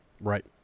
right